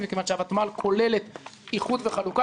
מכיוון שהותמ"ל כוללת איחוד וחלוקה,